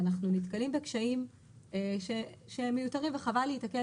אנחנו נתקלים בקשיים שהם מיותרים וחבל להיתקל